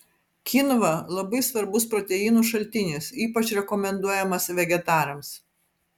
kynva labai svarbus proteinų šaltinis ypač rekomenduojamas vegetarams